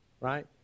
right